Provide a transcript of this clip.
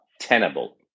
Tenable